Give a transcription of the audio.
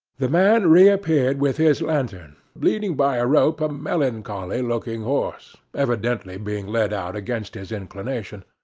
the man reappeared with his lantern, leading by a rope a melancholy-looking horse, evidently being led out against his inclination.